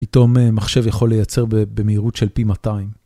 איתו מחשב יכול לייצר במהירות של פי 200.